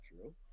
true